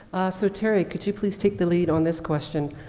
so terry, could you please take the lead on this question?